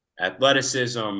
athleticism